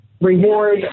reward